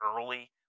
early